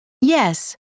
Yes